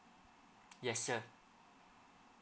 yes sir